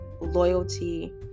loyalty